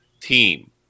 team